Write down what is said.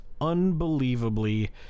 unbelievably